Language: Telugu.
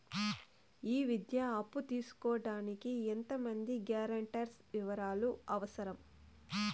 ఈ విద్యా అప్పు తీసుకోడానికి ఎంత మంది గ్యారంటర్స్ వివరాలు అవసరం?